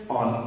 on